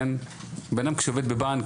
בנאדם שעובד בבנק,